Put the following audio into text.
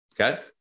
Okay